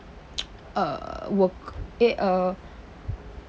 uh work eh uh